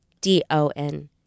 D-O-N